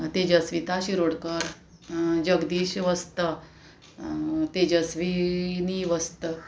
तेजस्विता शिरोडकर जगदीश वस्त तेजस्विनी वस्त